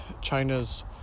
China's